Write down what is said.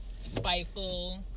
spiteful